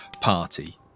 party